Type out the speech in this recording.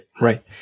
Right